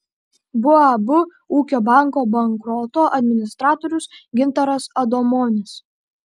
bab ūkio banko bankroto administratorius gintaras adomonis